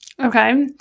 Okay